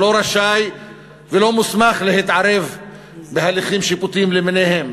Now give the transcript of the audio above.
אני לא רשאי ולא מוסמך להתערב בהליכים שיפוטיים למיניהם,